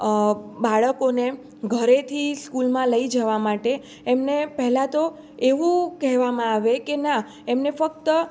બાળકોને ઘરેથી સ્કૂલમાં લઇ જવા માટે એમને પહેલાં તો એવું કહેવામાં આવે કે ના એમને ફક્ત